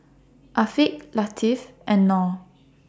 Afiq Latif and Noh